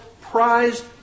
prized